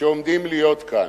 שעומדים להיות כאן.